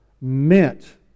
meant